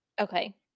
Okay